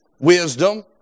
wisdom